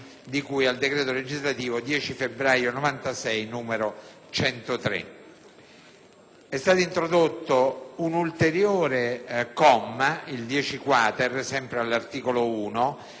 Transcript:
al decreto legislativo 10 febbraio 1996, n. 103.